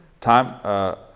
time